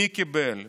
מי קיבל?